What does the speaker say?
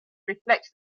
reflects